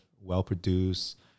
well-produced